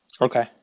Okay